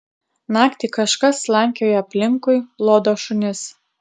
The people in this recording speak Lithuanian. naktį kažkas slankioja aplinkui lodo šunis